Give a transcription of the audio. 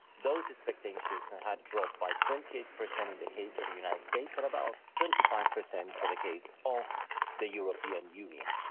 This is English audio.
those expectations will and had dropped by twenty eight percent in the case of the united states and about twenty five percent for the case of the european union.